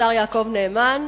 השר יעקב נאמן.